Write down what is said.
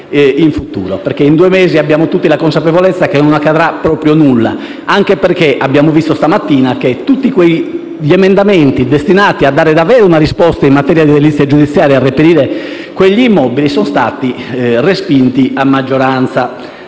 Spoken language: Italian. proroghe. Abbiamo tutti la consapevolezza che in due mesi non accadrà proprio nulla, anche perché abbiamo visto stamattina che tutti gli emendamenti destinati a dare una risposta in materia di edilizia giudiziaria e a reperire gli immobili sono stati respinti a maggioranza.